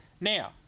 Now